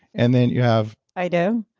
and then you have. i do?